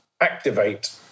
activate